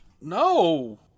No